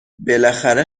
بالاخره